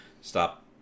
stop